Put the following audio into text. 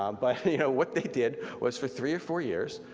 um but you know what they did was for three or four years,